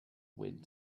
wind